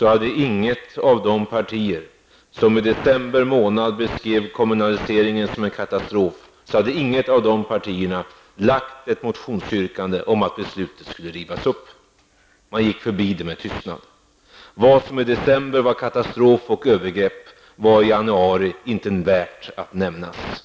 hade inget av de partier som i december månad beskrev kommunaliseringen som en katastrof framställt något motionsyrkande om att beslutet skulle rivas upp. Man förbigick detta med tystnad. Vad som i december var katastrof och övergrepp, var i januari inte värt att nämnas.